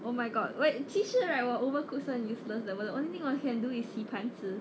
oh my god wait 其实 right 我 overcooked 是很 useless 的我 the only thing I can do is 洗盘子